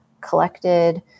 collected